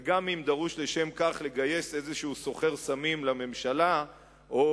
וגם אם דרוש לשם כך לגייס איזה סוחר סמים לממשלה או